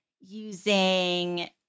using